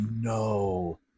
no